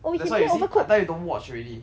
that's why you see I tell you don't watch already